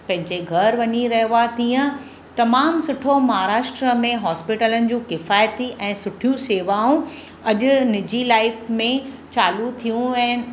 पंहिंजे घरु वञी रहियो आहे तीअं तमामु सुठो महाराष्ट्र में हॉस्पिटलनि जो किफ़ायती ऐं सुठियूं सेवाऊं अॼु निजी लाइफ में चालू थियूं आहिनि